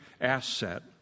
asset